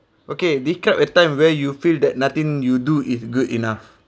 okay describe a time where you feel that nothing you do is good enough